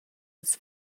was